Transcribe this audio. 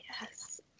Yes